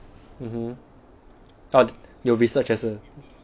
mmhmm 到有 research 也是